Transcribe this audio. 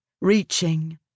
reaching